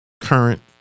current